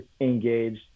engaged